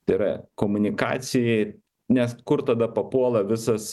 tai yra komunikacijai nes kur tada papuola visas